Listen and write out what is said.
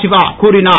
சிவா கூறினார்